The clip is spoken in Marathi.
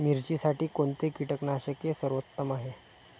मिरचीसाठी कोणते कीटकनाशके सर्वोत्तम आहे?